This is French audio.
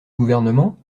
gouvernement